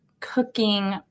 cooking